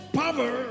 power